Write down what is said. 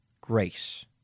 grace